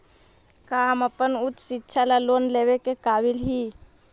का हम अपन उच्च शिक्षा ला लोन लेवे के काबिल ही?